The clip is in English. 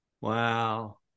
Wow